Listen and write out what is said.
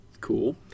Cool